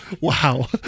Wow